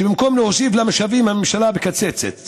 שבמקום להוסיף לה משאבים, לצערי, הממשלה מקצצת.